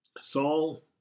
Saul